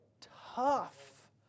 tough